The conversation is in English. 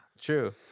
true